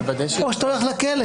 או שאתה הולך לכלא.